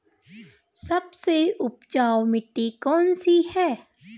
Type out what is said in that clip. सबसे उपजाऊ मिट्टी कौन सी है?